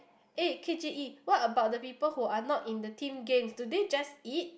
eh K_J_E what about the people who are not in the team games do they just eat